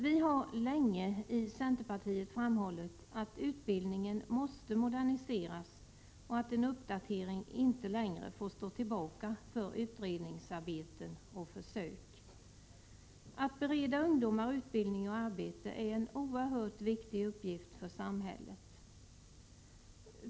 Vi har i centerpartiet länge framhållit att utbildningen måste moderniseras och att en uppdatering inte längre får stå tillbaka för utredningsarbeten och försök. Att bereda ungdomar utbildning och arbete är en oerhört viktig uppgift för samhället.